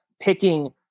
picking